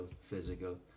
physical